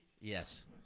Yes